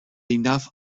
enough